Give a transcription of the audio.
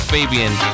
Fabian